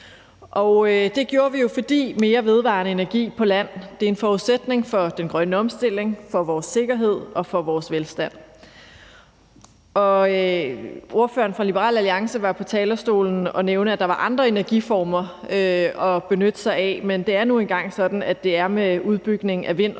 Det gjorde vi jo, fordi mere vedvarende energi på land er en forudsætning for den grønne omstilling, for vores sikkerhed og for vores velstand. Ordføreren for Liberal Alliance nævnte fra talerstolen, at der var andre energiformer at benytte sig af, men det er nu engang sådan, at det er med udbygning af vind-